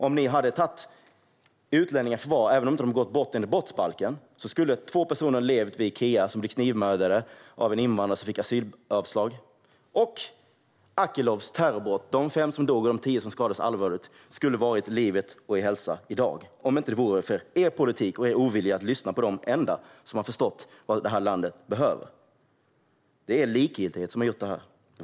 Om ni hade tagit utlänningar i förvar, även om de inte begått brott enligt brottsbalken, skulle två personer som blev knivmördade på Ikea av en invandrare som fått asylavslag ha levt. De fem som dog och de tio som skadades allvarligt vid Akilovs terrorbrott skulle ha varit i livet och vid hälsa i dag, om det inte vore för er politik och er ovilja att lyssna på de enda som har förstått vad det här landet behöver. Det är er likgiltighet som har gjort detta.